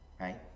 right